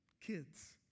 kids